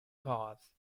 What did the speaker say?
cause